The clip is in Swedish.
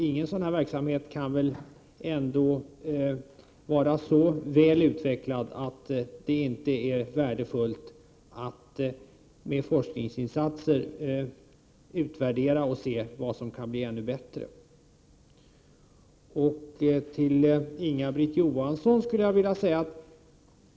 Ingen verksamhet av detta slag kan väl vara så väl utvecklad att det inte är värdefullt att med forskningsinsatser utvärdera den och se vad som kan bli ännu bättre. Till Inga-Britt Johansson skulle jag vilja säga följande.